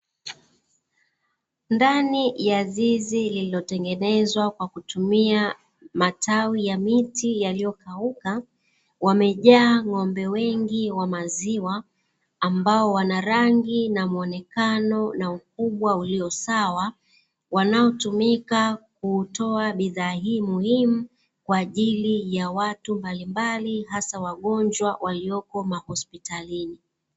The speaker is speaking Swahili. Ndani ya zizi lililotengenezwa kwa kutumia matawi ya miti yaliyokauka, wamejaa ng'ombe wengi wa maziwa, ambao wana rangi na muonekano na ukubwa ulio sawa, wanaotumika kutoa bidhaa hii muhimu, kwa ajili ya watu mbalimbali hasa wagonjwa waliopo mahospitalini.